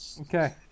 Okay